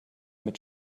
mit